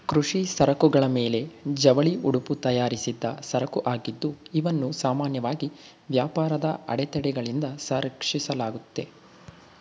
ಕೃಷಿ ಸರಕುಗಳ ಮೇಲೆ ಜವಳಿ ಉಡುಪು ತಯಾರಿಸಿದ್ದ ಸರಕುಆಗಿದ್ದು ಇವನ್ನು ಸಾಮಾನ್ಯವಾಗಿ ವ್ಯಾಪಾರದ ಅಡೆತಡೆಗಳಿಂದ ರಕ್ಷಿಸಲಾಗುತ್ತೆ